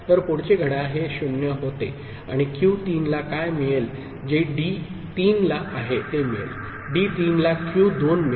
तर पुढचे घड्याळ 0 होते आणि क्यू 3 ला काय मिळेल जे डी 3 ला आहे ते मिळेल डी 3 ला क्यू 2 मिळेल